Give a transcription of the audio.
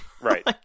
Right